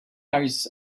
eyes